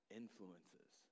influences